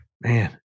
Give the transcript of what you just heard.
man